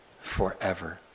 forever